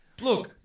Look